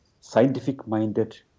scientific-minded